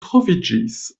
troviĝis